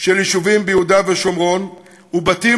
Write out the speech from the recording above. של יישובים ביהודה ושומרון ושל בתים